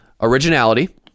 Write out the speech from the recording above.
Originality